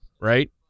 right